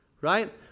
right